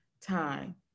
time